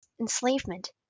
enslavement